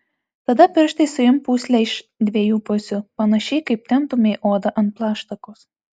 tada pirštais suimk pūslę iš dviejų pusių panašiai kaip temptumei odą ant plaštakos